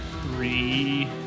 three